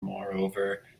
moreover